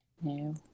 No